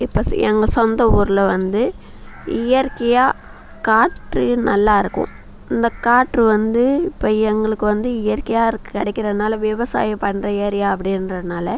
இப்போ எங்கள் சொந்த ஊரில் வந்து இயற்கையாக காற்று நல்லா இருக்கும் இந்தக் காற்று வந்து இப்போ எங்களுக்கு வந்து இயற்கையாக கிடைக்கிறதுனால விவசாயம் பண்ணுற ஏரியா அப்படின்றதுனால